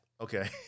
okay